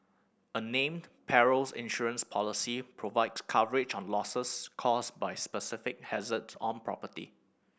a named perils insurance policy provides coverage on losses caused by specific hazards on property